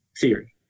theory